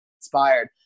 inspired